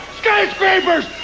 skyscrapers